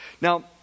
Now